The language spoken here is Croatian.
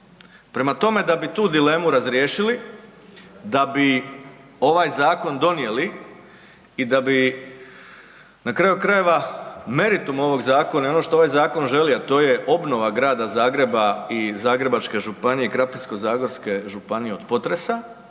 Prema tome, da bi tu dilemu razriješili, da bi ovaj zakon donijeli i da bi na kraju krajeva meritum ovog zakona i ono što ovaj zakon želi, a to je obnova Grada Zagreba i Zagrebačke županije i Krapinsko-zagorske županije od potresa,